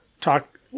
talk